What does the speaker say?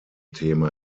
thema